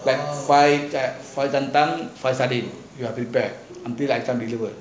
like five you are prepare